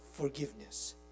forgiveness